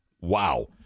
Wow